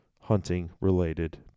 hunting-related